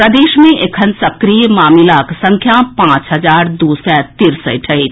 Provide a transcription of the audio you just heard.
प्रदेश मे एखन सक्रिय मामिलाक संख्या पांच हजार दू सय तिरसठि अछि